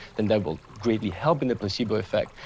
then that will greatly help in the placebo effect.